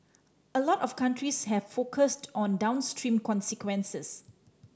a lot of countries have focused on downstream consequences